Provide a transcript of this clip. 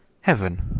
heaven,